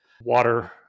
water